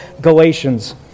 Galatians